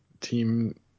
team